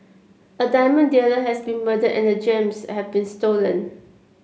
a diamond dealer has been murdered and the gems have been stolen